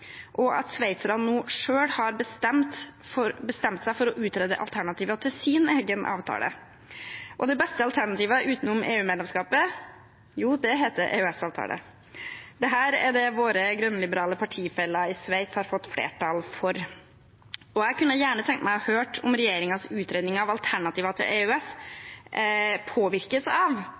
og at sveitserne nå selv har bestemt seg for å utrede alternativer til sin egen avtale, og det beste alternativet utenom EU-medlemskapet, det heter EØS-avtale. Dette er det våre grønn-liberale partifeller i Sveits har fått flertall for. Jeg kunne gjerne tenkt meg å få høre om regjeringens utredning av alternativer til EØS påvirkes av